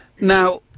Now